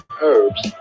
herbs